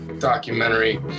Documentary